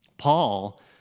Paul